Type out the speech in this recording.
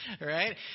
right